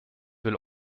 will